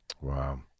Wow